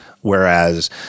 Whereas